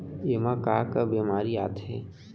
एमा का का बेमारी आथे?